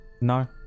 No